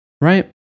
right